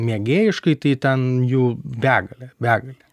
mėgėjiškai tai ten jų begalė begalė